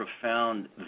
profound